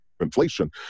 inflation